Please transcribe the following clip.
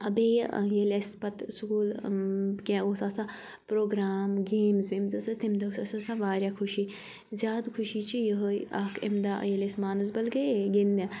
بیٚیہِ ییٚلہِ اَسہِ پَتہٕ سکوٗل کینٛہہ اوس آسان پروگرام گیمٕز ویمٕز ٲسۍ آسا تمہِ دۄہ اوس اَسہِ آسان واریاہ خوشی زیادٕ خوشی چھِ یِہے اکھ اَمہِ دۄہ ییٚلہِ أسۍ مانَسبَل گٔیے گِنٛدنہِ